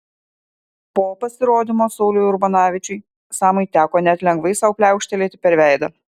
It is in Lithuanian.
po pasirodymo sauliui urbonavičiui samui teko net lengvai sau pliaukštelėti per veidą